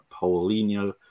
Paulinho